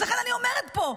אז לכן אני אומרת פה,